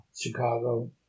Chicago